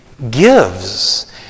Gives